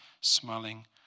smelling